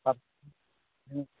ᱵᱟᱯ